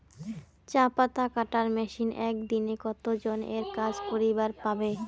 চা পাতা কাটার মেশিন এক দিনে কতজন এর কাজ করিবার পারে?